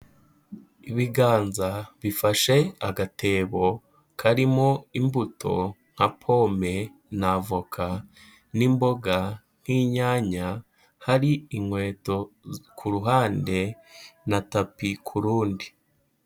Ibiganza bifashe agatebo karimo imbuto nka pome n'avoka n'imboga n'kinyanya, hari inkweto ku ruhande na tapi ku rundi.